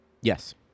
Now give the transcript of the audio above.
Yes